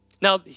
Now